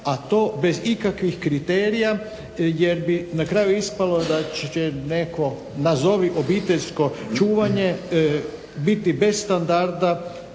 a to bez ikakvih kriterija jer bi na kraju ispalo da će netko nazovi obiteljsko čuvanje biti bez standarda,